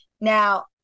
now